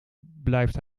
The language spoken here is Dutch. blijft